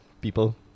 people